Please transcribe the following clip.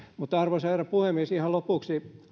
arvoisa herra puhemies ihan lopuksi